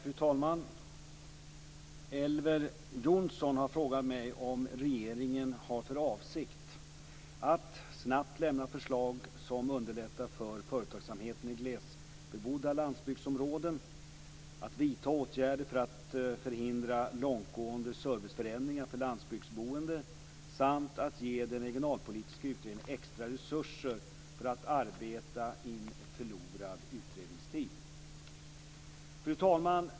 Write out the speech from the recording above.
Fru talman! Elver Jonsson har frågat mig om regeringen har för avsikt att: - snabbt lämna förslag som underlättar för företagsamheten i glesbebodda landsbygdsområden, - vidta åtgärder för att förhindra långtgående serviceförändringar för landsbygdsboende samt - ge den regionalpolitiska utredningen extra resurser för att arbeta in förlorad utredningstid. Fru talman!